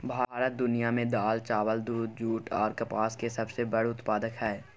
भारत दुनिया में दाल, चावल, दूध, जूट आर कपास के सबसे बड़ा उत्पादक हय